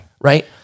Right